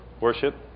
worship